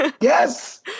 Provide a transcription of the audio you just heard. Yes